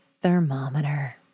thermometer